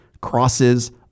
crosses